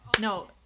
No